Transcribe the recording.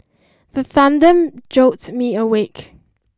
the thunder jolt me awake